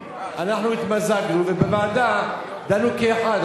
אנחנו התמזגנו ובוועדה דנו כאחד,